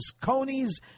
conies